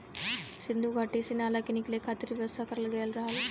सिन्धु घाटी में नाला के निकले खातिर व्यवस्था करल गयल रहल